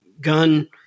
Gun